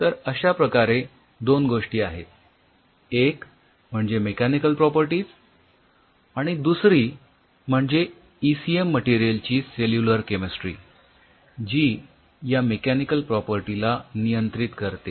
तर अश्या प्रकारे दोन गोष्टी आहेत एक म्हणजे मेकॅनिकल प्रॉपर्टीज आणि दुसरी म्हणजे इसीएम मटेरियल ची सेल्युलर केमिस्ट्री जी या मेकॅनिकल प्रॉपर्टी ला नियंत्रित करते